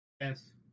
Yes